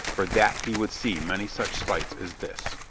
for that he would see many such sights as this.